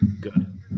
Good